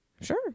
Sure